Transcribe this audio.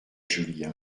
julien